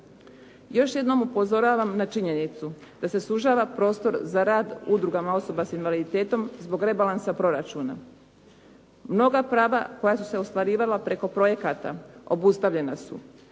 Još jednom upozoravam na činjenicu da se sužava prostor za rad udrugama osoba s invaliditetom zbog rebalansa proračuna. Mnoga prava koja su se ostvarivala preko projekata obustavljena su.